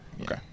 Okay